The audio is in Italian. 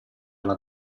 alla